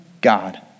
God